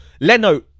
Leno